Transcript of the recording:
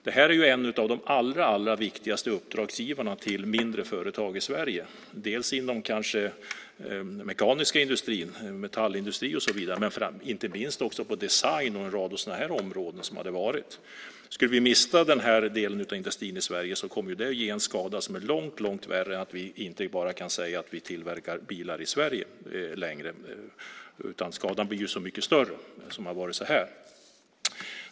Detta är en av de allra viktigaste uppdragsgivarna till mindre företag i Sverige inom den mekaniska industrin, metallindustrin och så vidare, men inte minst inom design och så vidare. Skulle vi mista den här delen av industrin i Sverige kommer det att ge en skada som är långt värre än att vi bara säger att vi inte längre tillverkar bilar i Sverige. Skadan blir så mycket större.